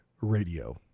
Radio